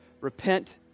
repent